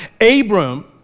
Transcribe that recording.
Abram